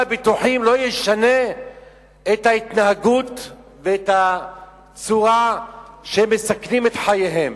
הביטוחים לא ישנה את ההתנהגות ואת הצורה שהם מסכנים את חייהם.